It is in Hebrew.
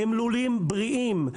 הם לולים בריאים,